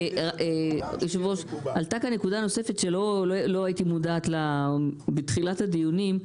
שלא הייתי מודעת לה בתחילת הדיונים,